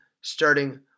starting